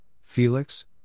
Felix